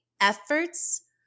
efforts